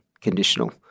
conditional